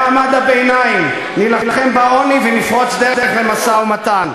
בעוני ונפרוץ דרך למשא-ומתן.